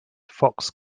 fox